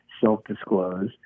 self-disclose